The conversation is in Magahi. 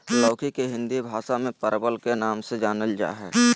लौकी के हिंदी भाषा में परवल के नाम से जानल जाय हइ